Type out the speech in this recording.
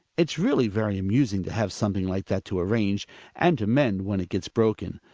it's really very amusing to have something like that to arrange, and to mend when it gets broken.